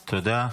תודה.